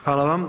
Hvala vam.